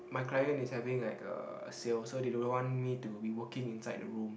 my client is having like a sale so they don't want me to be working inside the room